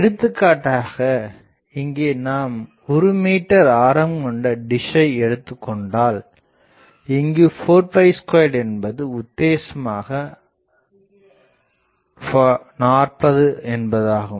எடுத்துக்காட்டாக இங்கே நாம் 1 மீட்டர் ஆரம் கொண்ட டிஷ் யை எடுத்துக்கொண்டால் இங்கு 42 என்பது உத்தேசமாக 40 என்பதாகும்